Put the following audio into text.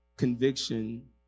Conviction